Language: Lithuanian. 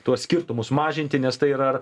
tuos skirtumus mažinti nes tai yra